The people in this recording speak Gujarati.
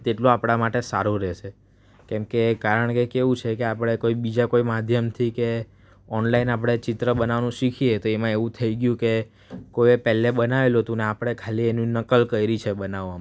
તેટલું આપણાં માટે સારું રહેશે કેમકે કારણ કે કેવું છે કે આપણે કોઈ બીજા કોઈ માધ્યમથી કે ઓનલાઈન આપણે ચિત્ર બનાવવાનું શીખીએ તો એમાં એવું થઈ ગયું કે કોઇએ પહેલાં બનાવેલું હતું ને આપણે ખાલી એનું નકલ કરી છે બનાવવામાં